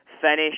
finish